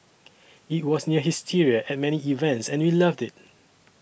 it was near hysteria at many events and we loved it